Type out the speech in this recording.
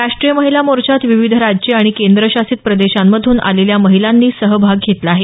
राष्ट्रीय महिला मोर्चात विविध राज्ये आणि केंद्रशासित प्रदेशांमधून आलेल्या महिलांनी सहभाग घेतला आहे